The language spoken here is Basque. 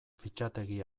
fitxategi